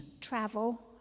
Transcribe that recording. travel